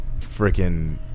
freaking